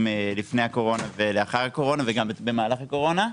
לפני הקורונה ולאחר הקורונה וגם במהלך הקורונה.